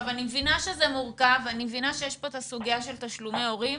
אני מבינה שזה מורכב ואני מבינה שיש כאן את הסוגיה של תשלומי הורים.